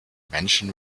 menschen